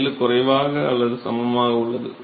7 குறைவாக அல்லது சமமாக உள்ளது